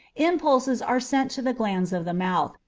impulses are sent to the glands of the mouth,